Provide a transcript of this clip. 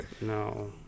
No